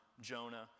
Jonah